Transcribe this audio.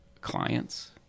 clients